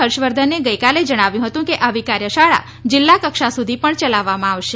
હર્ષવર્ધને ગઈકાલે જણાવ્યું હતું કે આવી કાર્યશાળા જિલ્લા કક્ષા સુધી પણ ચલાવવામાં આવશે